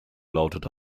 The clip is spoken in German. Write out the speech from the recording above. lautete